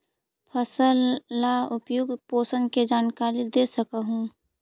फसल ला उपयुक्त पोषण के जानकारी दे सक हु?